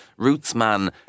Rootsman